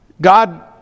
God